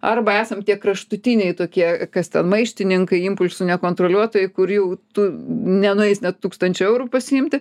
arba esam tie kraštutiniai tokie kas ten maištininkai impulsų nekontroliuotojai kur jau tų nenueis net tūkstančio eurų pasiimti